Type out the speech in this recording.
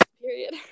period